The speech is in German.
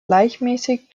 gleichmäßig